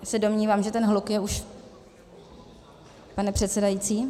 se domnívám, že ten hluk je už pane předsedající?